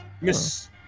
Miss